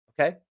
Okay